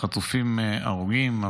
חטופים הרוגים,